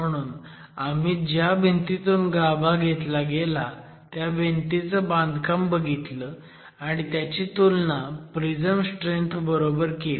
म्हणून आम्ही ज्या भिंतीतून गाभा घेतला गेला त्या भिंतीचं बांधकाम बघितलं आणि त्याची तुलना प्रिझम स्ट्रेंथ बरोबर केली